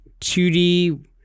2D